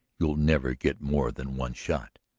you'll never get more than one shot,